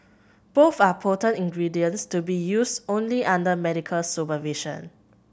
both are potent ingredients to be used only under medical supervision